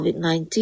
COVID-19